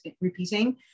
repeating